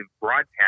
broadcast